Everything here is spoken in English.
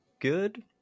good